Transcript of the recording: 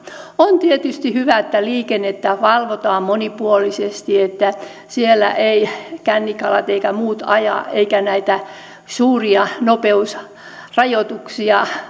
on tietysti hyvä että liikennettä valvotaan monipuolisesti että siellä eivät kännikalat eivätkä muut aja eikä näitä suuria nopeusrajoituksia